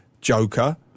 Joker